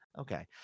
Okay